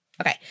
Okay